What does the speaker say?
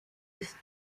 ist